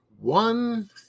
one